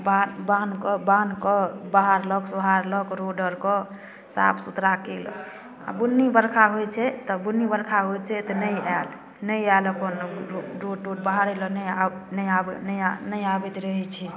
बान्ह बान्हके बान्हके बहारलक सोहारलक रोड आओरके साफ सुथरा केलक आओर बुन्नी बरखा होइ छै तऽ बुन्नी बरखा होइ छै तऽ नहि आएल नहि आएल अपन रोड तोड बहारैलए नहि आब नहि आब नहि आबैत रहै छै